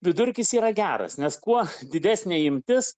vidurkis yra geras nes kuo didesnė imtis